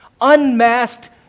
unmasked